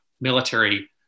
military